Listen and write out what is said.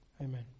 Amen